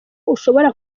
ushobora